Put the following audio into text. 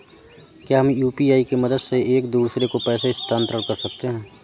क्या हम यू.पी.आई की मदद से एक दूसरे को पैसे स्थानांतरण कर सकते हैं?